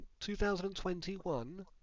2021